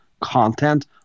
content